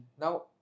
Now